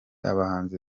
abahanzi